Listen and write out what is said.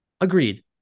Agreed